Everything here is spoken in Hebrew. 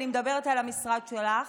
אני מדברת על המשרד שלך,